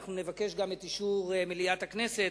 ואנחנו נבקש גם את אישור מליאת הכנסת,